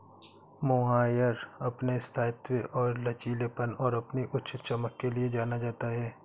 mohair अपने स्थायित्व और लचीलेपन और अपनी उच्च चमक के लिए जाना जाता है